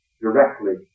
directly